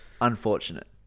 unfortunate